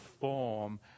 form